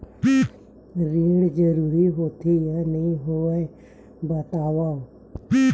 ऋण जरूरी होथे या नहीं होवाए बतावव?